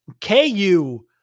KU